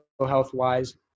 health-wise